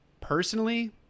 Personally